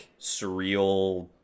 surreal